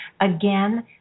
Again